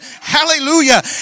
hallelujah